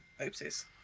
Oopsies